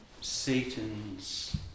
Satan's